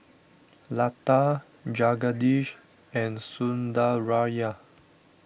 Lata Jagadish and Sundaraiah